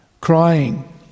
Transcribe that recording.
Crying